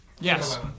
Yes